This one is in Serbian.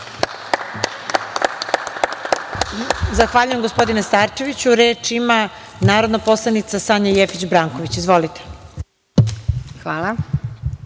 Zahvaljujem, gospodine Starčeviću. Reč ima narodna poslanica Sanja Jefić Branković. Izvolite. **Sanja